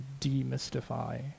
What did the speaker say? demystify